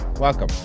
Welcome